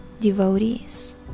devotees